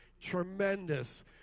tremendous